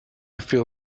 feel